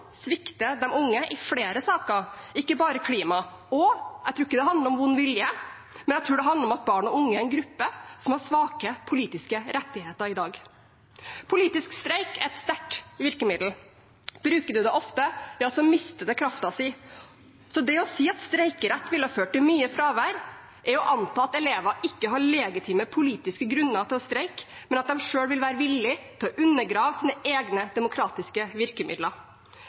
klima. Jeg tror ikke det handler om vond vilje, men jeg tror det handler om at barn og unge er en gruppe som har svake politiske rettigheter i dag. Politisk streik er et sterkt virkemiddel. Bruker man det ofte, mister det kraften sin, så det å si at streikerett ville føre til mye fravær, er å anta at elever ikke har legitime politiske grunner til å streike, men at de selv vil være villige til å undergrave sine egne demokratiske virkemidler.